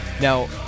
Now